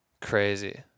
Crazy